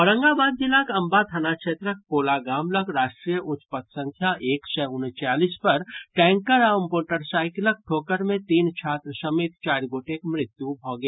औरंगाबाद जिलाक अंबा थाना क्षेत्रक पोला गाम लऽग राष्ट्रीय उच्च पथ संख्या एक सय उनचालीस पर टैंकर आ मोटरसाईकिलक ठोकर मे तीन छात्र समेत चारि गोटेक मृत्यु भऽ गेल